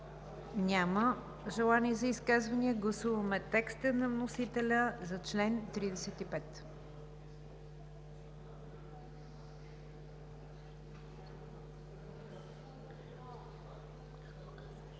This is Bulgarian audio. виждам желаещи за изказвания. Гласуваме текста на вносителя за чл. 36.